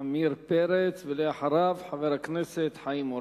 עמיר פרץ, ואחריו, חבר הכנסת חיים אורון.